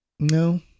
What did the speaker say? No